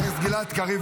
--- חבר הכנסת גלעד קריב,